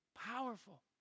Powerful